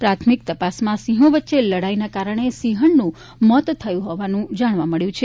પ્રાથમિક તપાસમાં સિંહો વચ્ચેની લડાઈના કારણે સિંહણના મોત થયા હોવાનું જાણવા મળ્યું છે